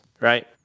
right